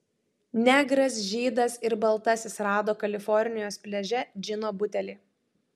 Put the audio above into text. negras žydas ir baltasis rado kalifornijos pliaže džino butelį